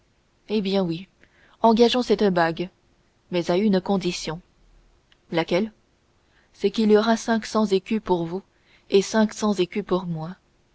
eh bien oui engageons cette bague mais à une condition laquelle c'est qu'il y aura cinq cents écus pour vous et cinq cents écus pour moi